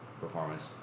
Performance